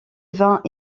vingt